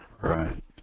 Right